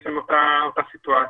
בעצם אותה סיטואציה,